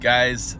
Guys